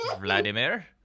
vladimir